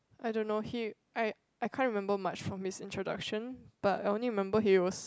I don't know he I I can't remember much from his introduction but I only remember he was